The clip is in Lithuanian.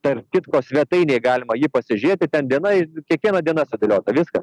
tarp kitko svetainėj galima jį pasižiūrėti ten diena ir kiekviena diena sudėliota viskas